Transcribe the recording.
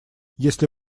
если